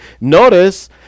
Notice